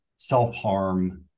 self-harm